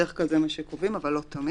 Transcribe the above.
בדרך כלל זה מה שקובעים, אבל לא תמיד.